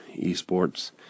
eSports